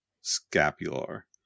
Scapular